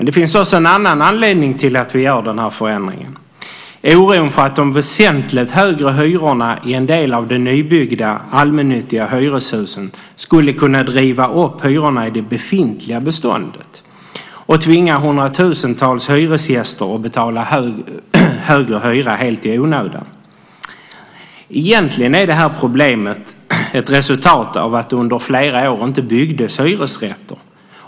Det finns också en annan anledning till att vi gör denna förändring, nämligen oron för att de väsentligt högre hyrorna i en del av de nybyggda allmännyttiga hyreshusen skulle kunna driva upp hyrorna i det befintliga beståndet och tvinga hundratusentals hyresgäster att betala högre hyra helt i onödan. Egentligen är detta problem ett resultat av att det under flera år inte byggdes hyresrätter.